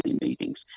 meetings